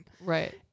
Right